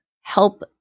help